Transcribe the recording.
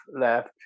left